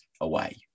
away